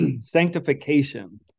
sanctification